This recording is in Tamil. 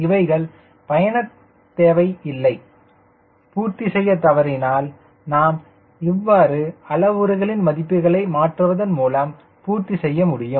இவைகள் பயணத் தேவையில்லை பூர்த்தி செய்யத் தவறினால் நாம் இவ்வாறு அளவுருகளின் மதிப்புகளை மாற்றுவதன் மூலம் பூர்த்தி செய்யலாம்